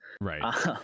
Right